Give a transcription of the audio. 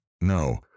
No